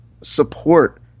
support